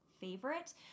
favorite